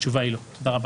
התשובה היא, לא.